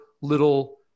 little